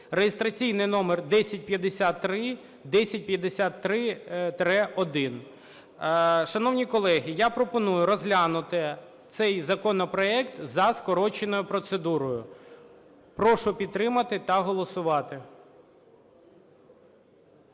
(реєстраційний номер 1053, 1053-1). Шановні колеги, я пропоную розглянути цей законопроект за скороченою процедурою. Прошу підтримати та голосувати.